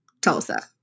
Tulsa